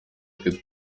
twe